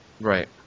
Right